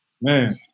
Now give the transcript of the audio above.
Man